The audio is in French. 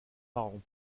parents